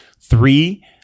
Three